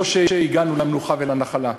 לא שהגענו למנוחה ולנחלה,